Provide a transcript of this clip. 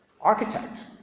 architect